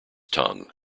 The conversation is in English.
tongue